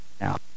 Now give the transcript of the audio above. now